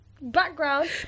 background